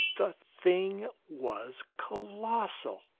the thing was colossal!